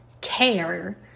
care